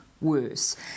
worse